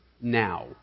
now